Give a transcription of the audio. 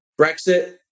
Brexit